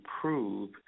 prove